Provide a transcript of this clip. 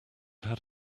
had